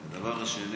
דבר שני,